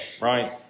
right